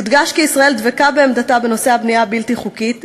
יודגש כי ישראל דבקה בעמדתה בנושא הבנייה הבלתי-חוקית,